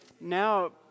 now